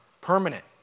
permanent